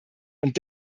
und